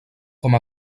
com